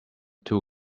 two